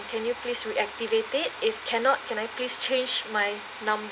can you please re-activate it if cannot can I please change my number